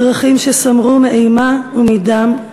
בדרכים שסמרו מאימה ומדם.